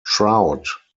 trout